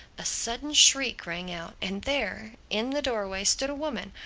a sudden shriek rang out, and there, in the doorway stood a woman,